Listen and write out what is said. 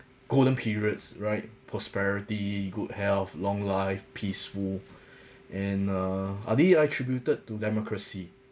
golden periods right prosperity good health long life peaceful and uh are they attributed to democracy